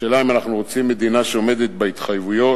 השאלה אם אנחנו רוצים מדינה שעומדת בהתחייבויות,